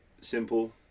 simple